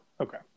Okay